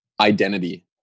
identity